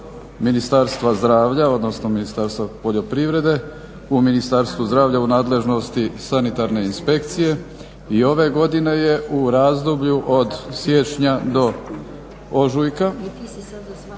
Ministarstva zdravlja, odnosno Ministarstva poljoprivrede. U Ministarstvu zdravlja u nadležnosti Sanitarne inspekcije i ove godine je u razdoblju od siječnja do ožujka